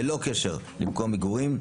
ללא קשר למקום מגורים,